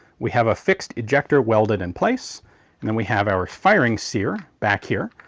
we have a fixed ejector welded in place and then we have our firing sear back here.